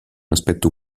aspetto